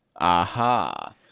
Aha